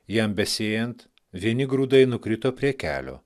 jam besėjant vieni grūdai nukrito prie kelio